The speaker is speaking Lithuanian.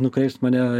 nukreips mane